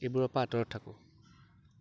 এইবোৰৰ পৰা আতঁৰত থাকোঁ